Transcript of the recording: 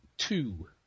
Two